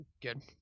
good